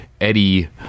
eddie